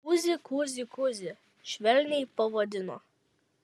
kuzi kuzi kuzi švelniai pavadino